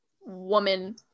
woman